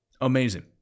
Amazing